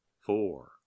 four